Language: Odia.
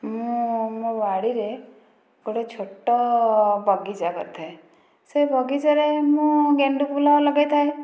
ମୁଁ ମୋ ବାଡ଼ିରେ ଗୋଟିଏ ଛୋଟ ବଗିଚା କରିଥାଏ ସେ ବଗିଚାରେ ମୁଁ ଗେଣ୍ଡୁ ଫୁଲ ଲଗେଇଥାଏ